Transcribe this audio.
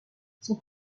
son